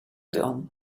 dawn